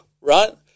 right